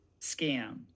scam